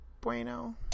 Bueno